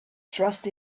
trust